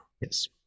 Yes